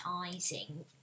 advertising